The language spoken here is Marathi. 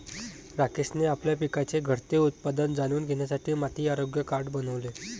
राकेशने आपल्या पिकाचे घटते उत्पादन जाणून घेण्यासाठी माती आरोग्य कार्ड बनवले